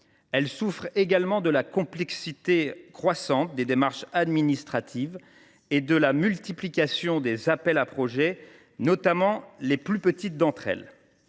souffrent également de la complexité croissante des démarches administratives et de la multiplication des appels à projets, notamment les plus petites d’entre elles.